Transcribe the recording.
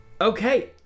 Okay